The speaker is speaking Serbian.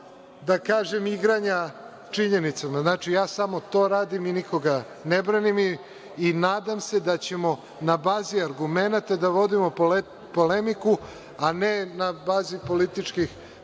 da kažem, igranja činjenicama. Samo to radim i nikoga ne branim i nadam se da ćemo, na bazi argumenata, da vodimo polemiku, a ne na bazi političkih